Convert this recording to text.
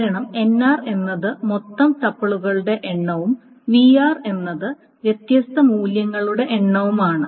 കാരണം nr എന്നത് മൊത്തം ടുപ്പിളുകളുടെ എണ്ണവും vr എന്നത് വ്യത്യസ്ത മൂല്യങ്ങളുടെ എണ്ണവുമാണ്